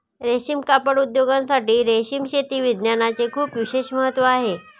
रेशीम कापड उद्योगासाठी रेशीम शेती विज्ञानाचे खूप विशेष महत्त्व आहे